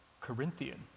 Corinthian